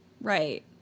right